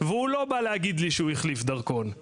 והרשות הדיגיטלית תגיד שמספר האשרה נכנס.